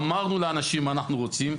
אמרנו לאנשים מה אנחנו רוצים.